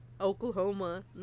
Oklahoma